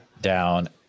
down